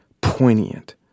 poignant